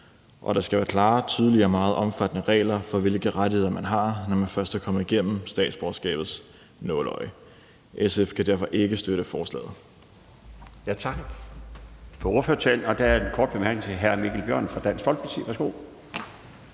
og der skal være klare, tydelige og meget omfattende regler for, hvilke rettigheder man har, når man først er kommet igennem statsborgerskabets nåleøje. SF kan derfor ikke støtte forslaget.